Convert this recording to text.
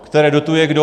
Které dotuje kdo?